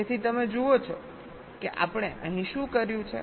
તેથી તમે જુઓ કે આપણે અહીં શું કર્યું છે